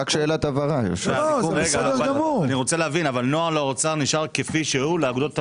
אבל נוהל האוצר נשאר כפי שהוא לאגודות קטנות?